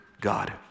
God